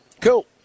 Cool